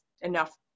enough